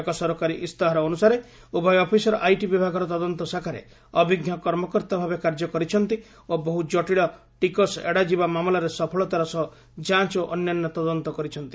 ଏକ ସରକାରୀ ଇସ୍ତାହାର ଅନୁସାରେ ଉଭୟ ଅଫିସର ଆଇଟି ବିଭାଗର ତଦନ୍ତ ଶାଖାରେ ଅଭିଜ୍ଞ କର୍ମକର୍ତ୍ତାଭାବେ କାର୍ଯ୍ୟ କରିଛନ୍ତି ଓ ବହୁ ଜଟିଳ ଟିକସ୍ ଏଡାଯିବା ମାମଲାରେ ସଫଳତାର ସହ ଯାଞ୍ଚ ଓ ଅନ୍ୟାନ୍ୟ ତଦନ୍ତ କରିଛନ୍ତି